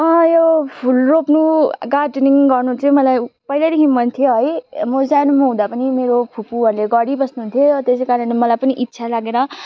अँ यो फुल रोप्नु गार्डनिङ गर्नु चाहिँ मलाई पहिलैदेखिको मन थियो है म सानोमा हुँदा पनि मेरो फुफूहरूले गरि बस्नहुन्थ्यो त्यसै कारणले मलाई पनि इच्छा लागेर